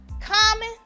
Common